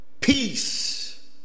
peace